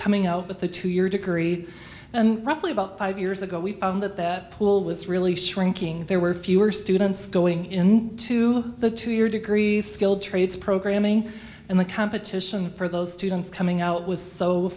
coming out with the two year degree and roughly about five years ago we found that that pool was really shrinking there were fewer students going into the two year degrees skilled trades programming and the competition for those students coming out w